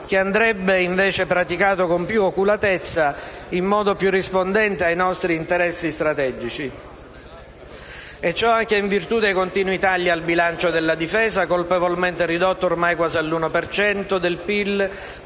che andrebbe, invece, praticato con più oculatezza, in modo più rispondente ai nostri interessi strategici. Ciò anche in virtù dei continui tagli al bilancio della difesa, colpevolmente ridotto ormai quasi all'1 per